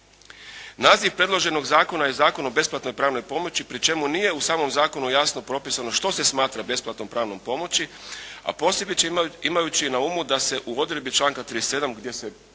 Naziv predloženog zakona je Zakon o besplatnoj pravnoj pomoći pri čemu nije u samom zakonu jasno propisano što se smatra besplatnom pravnom pomoći a posebice imajući na umu da se u odredbi članka 37. gdje se